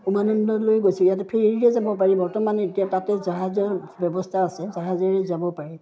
উমানন্দলৈ গৈছোঁ ইয়াতে ফেৰিৰে যাব পাৰি বৰ্তমান এতিয়া তাতে জাহাজৰ ব্যৱস্থা আছে জাহাজেৰে যাব পাৰি